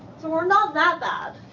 so we're not that bad,